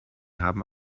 haben